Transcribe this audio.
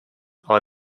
ale